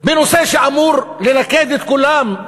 בנושא שאמור ללכד את כולם,